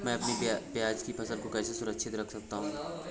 मैं अपनी प्याज की फसल को कैसे सुरक्षित रख सकता हूँ?